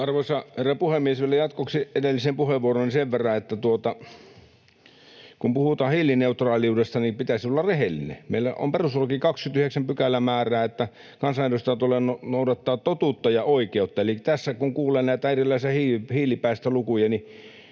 Arvoisa herra puhemies! Vielä jatkoksi edelliseen puheenvuorooni sen verran, että kun puhutaan hiilineutraaliudesta, niin pitäisi olla rehellinen. Meillä perustuslain 29 § määrää, että kansanedustajan tulee noudattaa totuutta ja oikeutta. Eli tässä kun kuulee näitä erilaisia hiilipäästölukuja,